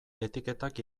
etiketak